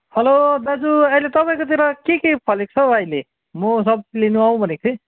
hello दाजु अहिले तपाईँकोतिर के के फलेको छ हो अहिले म सब्जी लिन आउँ भनेको थिएँ